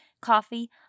coffee